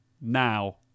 now